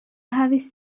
havis